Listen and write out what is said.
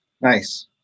Nice